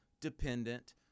dependent